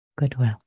goodwill